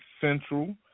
Central